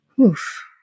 Oof